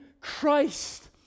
Christ